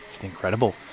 Incredible